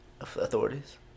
Authorities